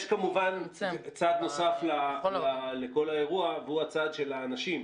יש כמובן צד נוסף לכל האירוע, והוא הצד של האנשים,